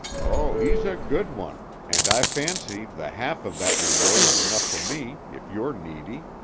oh, he's a good one, and i fancy the half of that reward is enough for me if you're needy.